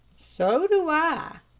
so do i,